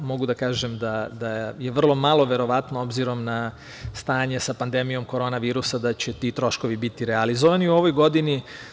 Mogu da kažem da je vrlo malo verovatno obzirom na stanje sa pandemijom korona virusa da će ti troškovi biti realizovani u ovoj godini.